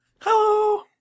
Hello